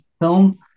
film